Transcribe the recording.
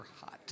hot